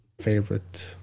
favorite